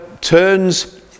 turns